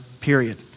period